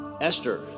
Esther